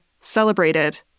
celebrated